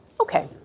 Okay